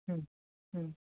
हम्म ह्म्म्म